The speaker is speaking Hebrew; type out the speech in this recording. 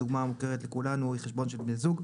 הדוגמה המוכרת לכולנו היא חשבון של בני זוג.